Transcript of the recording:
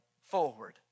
forward